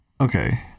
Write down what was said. okay